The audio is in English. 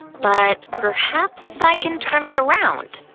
but perhaps i can turn it around,